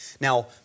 Now